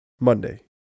Monday